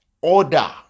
order